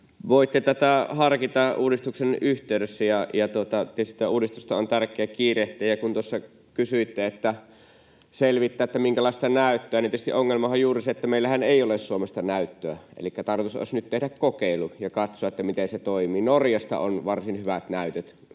voitte tätä harkita uudistuksen yhteydessä, ja tietysti sitä uudistusta on tärkeää kiirehtiä. Kun tuossa kysyitte, että selvittäkää, minkälaista näyttöä, niin tietysti ongelmahan juuri on se, että meillähän ei ole Suomesta näyttöä, elikkä tarkoitus olisi nyt tehdä kokeilu ja katsoa, miten se toimii. Norjasta on varsin hyvät näytöt